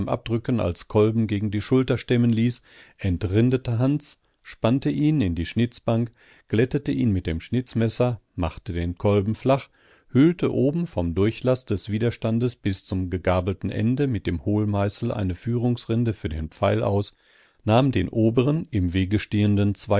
abdrücken als kolben gegen die schulter stemmen ließ entrindete hans spannte ihn in die schnitzbank glättete ihn mit dem schnitzmesser machte den kolben flach höhlte oben vom durchlaß des widerstandes bis zum gegabelten ende mit dem hohlmeißel eine führungsrinne für den pfeil aus nahm den oberen im wege stehenden